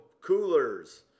coolers